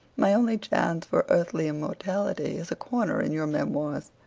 my only chance for earthly immortality is a corner in your memoirs.